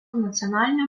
nacionalinio